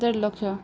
ଦେଢ଼ ଲକ୍ଷ